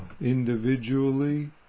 individually